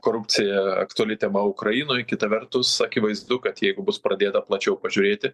korupcija aktuali tema ukrainoj kita vertus akivaizdu kad jeigu bus pradėta plačiau pažiūrėti